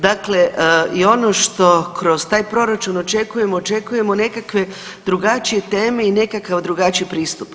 Dakle i ono što kroz taj proračun očekujemo, očekujemo nekakve drugačije teme i nekakav drugačiji pristup.